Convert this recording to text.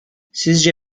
sizce